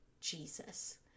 Jesus